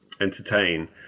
entertain